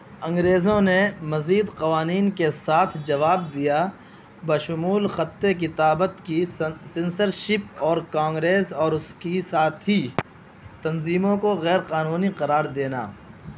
انگریزوں نے مزید قوانین کے ساتھ جواب دیا بشمول خط کتابت کی سنسرشپ اور کانگریس اور اس کی ساتھی تنظیموں کو غیرقانونی قرار دینا